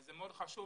זה מאוד חשוב